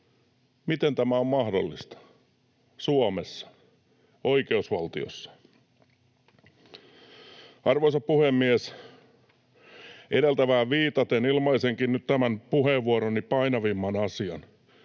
Miten tämä on mahdollista Suomessa, oikeusvaltiossa? Arvoisa puhemies! Edeltävään viitaten ilmaisenkin nyt tämän puheenvuoroni painavimman asian.